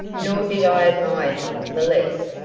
nor did i admire him the less,